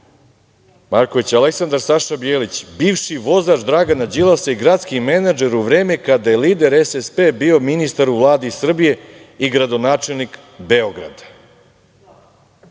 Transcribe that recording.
Marković Aleksandar, Saša Bjelić, bivši vozač Dragana Đilasa i gradski menadžer u vreme kada je lider SSP bio ministar u Vladi Srbije i gradonačelnik